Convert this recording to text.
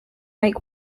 make